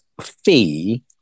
Fee